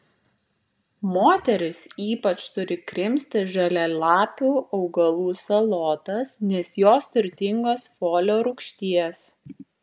moterys ypač turi krimsti žalialapių augalų salotas nes jos turtingos folio rūgšties